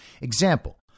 Example